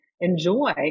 Enjoy